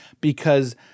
because-